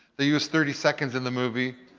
they used thirty seconds in the movie.